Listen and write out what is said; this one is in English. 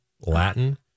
Latin